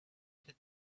that